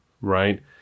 right